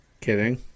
Kidding